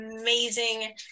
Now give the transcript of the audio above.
amazing